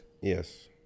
Yes